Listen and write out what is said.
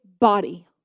body